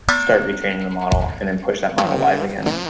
start retraining the model and then push that model wide again.